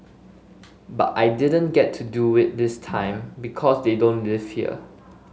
but I didn't get to do it this time because they don't live here